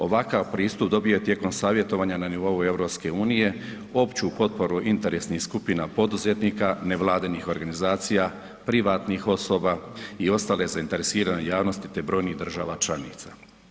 Ovakav pristup ... tijekom savjetovanja na nivou EU opću potporu interesnih skupina poduzetnika, nevladinih organizacija, privatnih osoba i ostale zainteresirane javnosti te brojnih država članica.